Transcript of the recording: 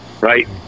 right